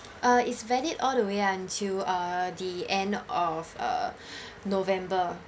it's valid all the way until uh the end of uh november